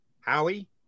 howie